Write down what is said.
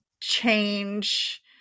change